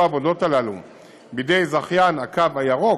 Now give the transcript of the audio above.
העבודות האלה בידי זכיין הקו הירוק,